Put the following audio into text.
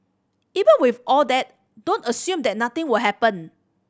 even with all that don't assume that nothing will happen